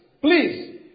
please